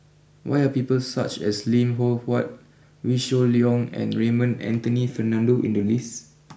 why are people such as Lim Loh Huat Wee Shoo Leong and Raymond Anthony Fernando in the list